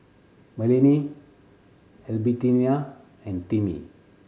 Merlene Albertina and Timmy